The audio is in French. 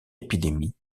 épidémie